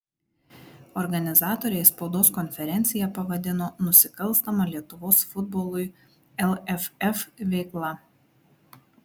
organizatoriai spaudos konferenciją pavadino nusikalstama lietuvos futbolui lff veikla